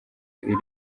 iri